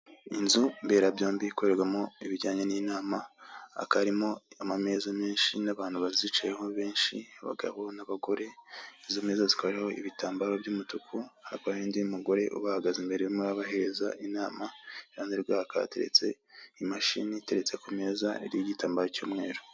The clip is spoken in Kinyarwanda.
Inzu mbera byombi ikorerwamo ibijyanye n'inama, hakaba harimo Ameza menshi n'abantu bazicayeho benshi abagabo n'abagore, izo meza zikaba ziriho ibi tambaro by'umutuku, hakaba hari nundi mugore uri kubaha inama iruhanderwe hakaba hari imashini iteretse ku meza iriho igitambaro cy'umweru.